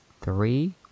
three